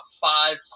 five